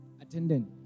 Attendant